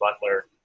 Butler